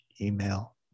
email